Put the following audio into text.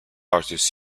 artist